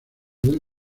del